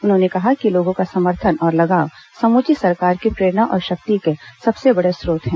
उन्होंने कहा कि लोगों का समर्थन और लगाव समूची सरकार की प्रेरणा और शक्ति के सबसे बड़े स्रोत हैं